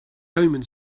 omens